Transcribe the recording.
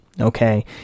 Okay